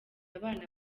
abana